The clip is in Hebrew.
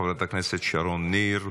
חברת הכנסת שרון ניר,